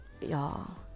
Y'all